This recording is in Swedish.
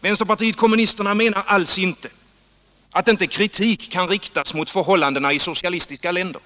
Vänsterpartiet kommunisterna menar alls inte att inte kritik kan riktas mot förhållandena i socialistiska länder.